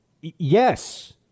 Yes